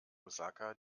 osaka